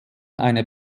eine